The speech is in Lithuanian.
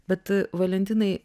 bet valentinai